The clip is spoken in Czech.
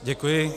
Děkuji.